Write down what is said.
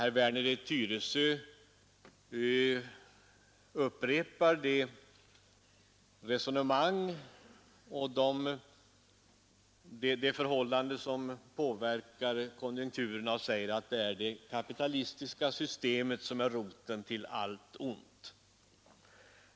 Herr Werner i Tyresö upprepar resonemanget om de förhållanden som påverkar konjunkturerna och säger att det är det kapitalistiska systemet som är roten till allt ont.